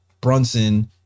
Brunson